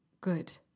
good